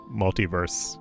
multiverse